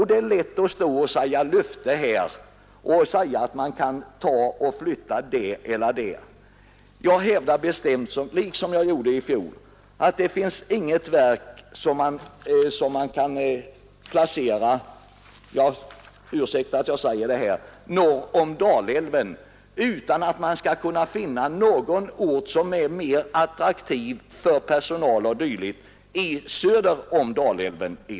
Det är lätt att här ge löften om att vi skall flytta det ena eller andra verket, men jag hävdar bestämt liksom i fjol att det finns inget verk som man kan placera — ursäkta att jag säger det — norr om Dalälven utan att finna någon ort söder om Dalälven som är mer attraktiv för personalen.